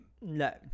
No